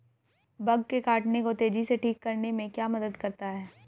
Bug के काटने को तेजी से ठीक करने में क्या मदद करता है?